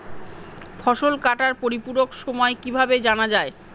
ফসল কাটার পরিপূরক সময় কিভাবে জানা যায়?